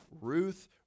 Ruth